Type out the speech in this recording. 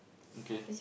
okay